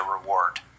reward